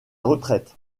retraite